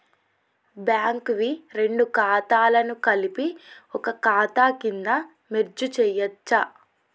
Bank వి రెండు ఖాతాలను కలిపి ఒక ఖాతా కింద మెర్జ్ చేయచ్చా?